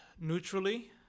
neutrally